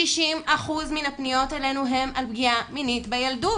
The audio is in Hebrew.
60% מן הפניות אלינו הן על פגיעה מינית בילדות.